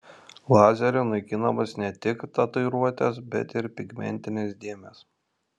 lazeriu naikinamos ne tik tatuiruotės bet ir pigmentinės dėmės